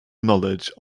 knowledge